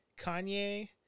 Kanye